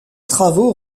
travaux